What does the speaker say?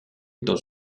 dans